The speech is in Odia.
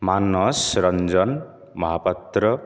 ମାନସ ରଞ୍ଜନ ମହାପାତ୍ର